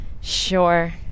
sure